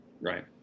Right